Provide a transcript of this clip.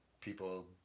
people